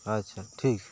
ᱟᱪᱪᱷᱟ ᱴᱷᱤᱠ